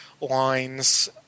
lines